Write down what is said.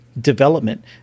development